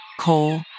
Coal